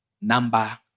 Number